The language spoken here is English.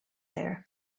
there